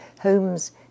homes